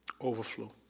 overflow